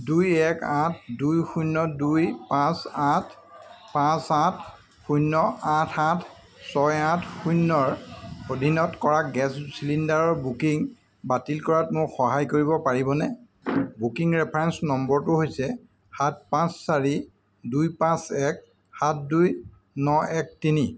দুই এক আঠ দুই শূন্য দুই পাঁচ আঠ পাঁচ আঠ শূন্য আঠ সাত ছয় আঠ শূন্যৰ অধীনত কৰা গেছ চিলিণ্ডাৰৰ বুকিং বাতিল কৰাত মোক সহায় কৰিব পাৰিবনে বুকিং ৰেফাৰেঞ্চ নম্বৰটো হৈছে সাত পাঁচ চাৰি দুই পাঁচ এক সাত দুই ন এক তিনি